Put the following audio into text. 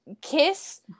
kiss